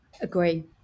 agree